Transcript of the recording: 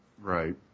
Right